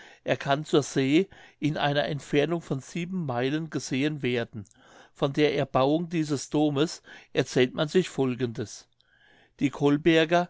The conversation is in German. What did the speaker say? er kann zur see in einer entfernung von sieben meilen gesehen werden von der erbauung dieses domes erzählt man sich folgendes die colberger